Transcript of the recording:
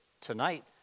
tonight